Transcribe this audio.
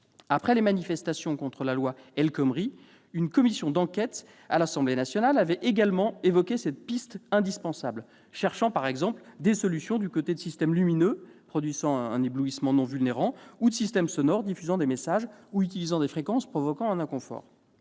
Après les manifestations contre la loi El Khomri, une commission d'enquête à l'Assemblée nationale avait également évoqué cette piste indispensable, cherchant par exemple des solutions du côté de systèmes lumineux produisant un éblouissement non vulnérant, ou de systèmes sonores diffusant des messages ou utilisant des fréquences provoquant un inconfort.